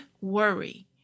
worry